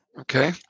Okay